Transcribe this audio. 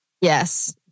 Yes